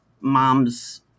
moms